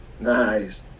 Nice